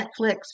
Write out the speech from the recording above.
Netflix